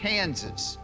Kansas